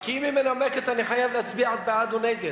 כי אם היא מנמקת אני חייב להצביע בעד או נגד.